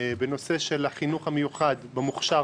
בנושא של החינוך המיוחד במוכש"ר,